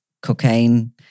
cocaine